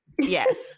Yes